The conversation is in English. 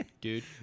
Dude